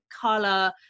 color